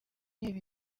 inkeri